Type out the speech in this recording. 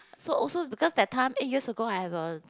so also because that time eight years ago I have a